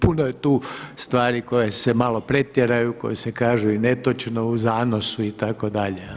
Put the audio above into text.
Puno je tu stvari koje se malo pretjeraju, koje se kažu netočno u zanosu itd.